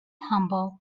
humble